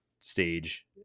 stage